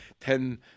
ten